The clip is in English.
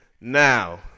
Now